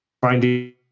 finding